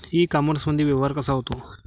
इ कामर्समंदी व्यवहार कसा होते?